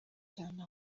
cyane